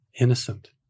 innocent